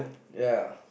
ya